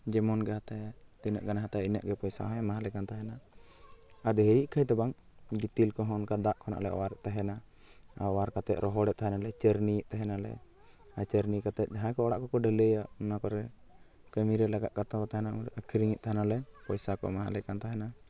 ᱡᱮᱢᱚᱱ ᱜᱮ ᱦᱟᱛᱟᱭᱟᱭ ᱛᱤᱱᱟᱹᱜᱮ ᱦᱟᱛᱟᱭᱟᱭ ᱤᱱᱟᱹᱜ ᱜᱟᱱᱮ ᱦᱟᱛᱟᱭᱟ ᱤᱱᱟᱹᱜ ᱜᱮ ᱯᱚᱭᱥᱟ ᱦᱚᱸ ᱮᱢᱟ ᱦᱟᱞᱮ ᱠᱟᱱ ᱛᱟᱦᱮᱱᱟ ᱟᱫᱚ ᱫᱚ ᱵᱟᱝ ᱜᱤᱛᱤᱞ ᱠᱚᱦᱚᱸ ᱚᱱᱠᱟ ᱫᱟᱜ ᱠᱷᱚᱱᱟᱜ ᱞᱮ ᱚᱣᱟᱨ ᱛᱟᱦᱮᱱᱟ ᱟᱨ ᱚᱣᱟᱨ ᱠᱟᱛᱮ ᱨᱚᱦᱚᱲᱮᱫ ᱛᱟᱦᱮᱱᱟᱞᱮ ᱪᱟᱹᱨᱱᱤᱭᱮᱫ ᱛᱟᱦᱮᱱᱟᱞᱮ ᱟᱨ ᱪᱟᱹᱨᱱᱤ ᱠᱟᱛᱮ ᱡᱟᱦᱟᱸᱭ ᱠᱚ ᱚᱲᱟᱜ ᱠᱚᱠᱚ ᱰᱷᱟᱹᱞᱟᱹᱭᱟ ᱚᱱᱟ ᱠᱚᱨᱮ ᱠᱟᱹᱢᱤ ᱨᱮ ᱞᱟᱜᱟᱜ ᱠᱟᱱ ᱛᱟᱠᱚ ᱛᱟᱦᱮᱱᱟ ᱩᱱᱨᱮ ᱟᱠᱷᱨᱤᱧᱮᱫ ᱛᱟᱦᱮᱱᱟᱞᱮ ᱯᱚᱭᱥᱟ ᱠᱚ ᱮᱢᱟ ᱦᱟᱞᱮ ᱠᱟᱱ ᱛᱟᱦᱮᱱᱟ